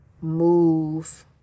move